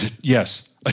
yes